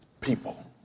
people